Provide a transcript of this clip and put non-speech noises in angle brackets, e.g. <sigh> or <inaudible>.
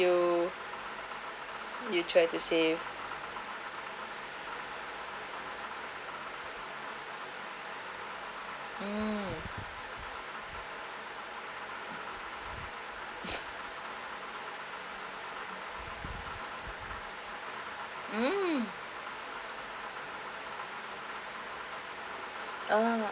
you you try to save mm <noise> mm uh